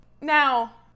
Now